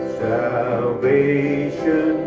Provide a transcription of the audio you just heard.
salvation